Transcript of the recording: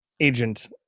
agent